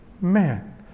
Man